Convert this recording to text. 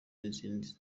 nk’izindi